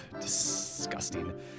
Disgusting